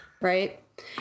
right